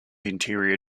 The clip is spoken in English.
interior